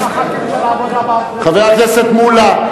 חבר הכנסת מולה,